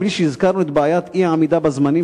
בלי שהזכרנו את בעיית האי-עמידה בזמנים,